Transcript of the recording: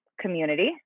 community